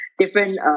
different